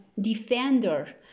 defender